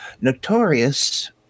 Notorious